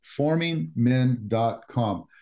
formingmen.com